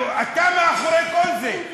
אתה מאחורי כל זה.